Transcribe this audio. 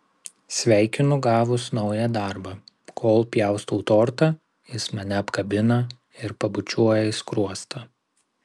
sveikinu gavus naują darbą kol pjaustau tortą jis mane apkabina ir pabučiuoja į skruostą